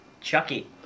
Chucky